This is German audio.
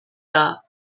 dar